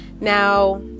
Now